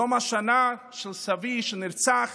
יום השנה של סבי, שנרצח